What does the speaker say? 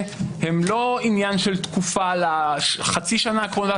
הם לא עניין של תקופה לחצי השנה הקרובה,